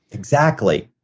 exactly.